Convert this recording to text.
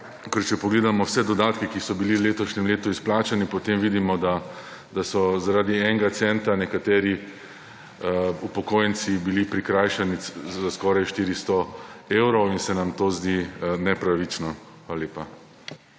ker če pogledamo vse dodatke, ki so bili v letošnjem letu izplačani, potem vidimo, da so zaradi enega centa nekateri upokojenci bili prikrajšani za skoraj 400 evrov. In se nam to zdi nepravično. Hvala lepa.